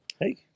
Hey